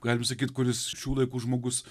galim sakyt kuris šių laikų žmogus